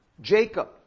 Jacob